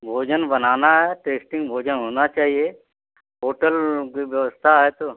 भोजन बनाना है टेस्टी भोजन होना चाहिए होटल की व्यवस्था है तो